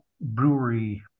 brewery